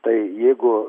tai jeigu